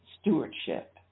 Stewardship